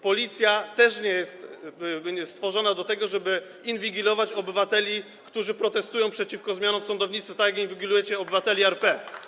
Policja też nie jest stworzona do tego, żeby inwigilować obywateli, którzy protestują przeciwko zmianom w sądownictwie, tak jak inwigilujecie Obywateli RP.